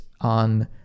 on